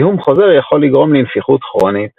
זיהום חוזר יכול לגרום לנפיחות כרונית.